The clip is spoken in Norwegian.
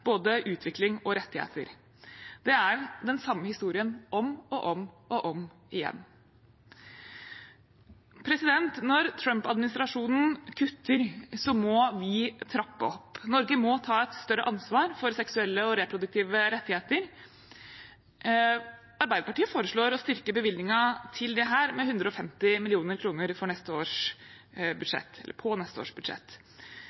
både utvikling og rettigheter. Det er den samme historien om og om igjen. Når Trump-administrasjonen kutter, må vi trappe opp. Norge må ta et større ansvar for seksuelle og reproduktive rettigheter. Arbeiderpartiet foreslår å styrke bevilgningen til dette med 150 mill. kr på neste års